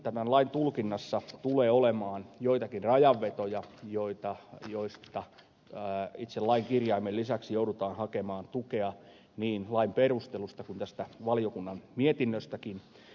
tämän lain tulkinnassa tulee olemaan joitakin rajanvetoja joihin itse lain kirjaimen lisäksi joudutaan hakemaan tukea niin lain perusteluista kuin tästä valiokunnan mietinnöstäkin